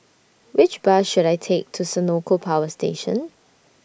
Which Bus should I Take to Senoko Power Station